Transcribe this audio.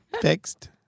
Fixed